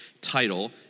title